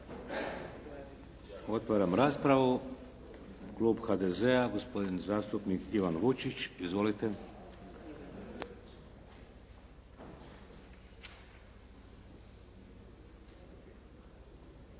Otvaram raspravu. Klub HDZ-a gospodin zastupnik Ivan Vučić. Izvolite.